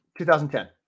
2010